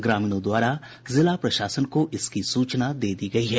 ग्रामीणों द्वारा जिला प्रशासन को इसकी सूचना दे दी गयी है